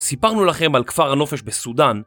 סיפרנו לכם על כפר הנופש בסודאן